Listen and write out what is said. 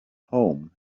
home